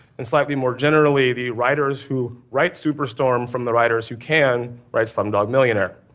and slightly more generally, the writers who write superstorm from the writers who can write slumdog millionaire.